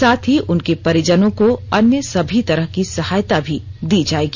साथ ही उसके परिजनों को अन्य सभी तरह की सहायता भी दी जाएगी